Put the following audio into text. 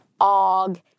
Og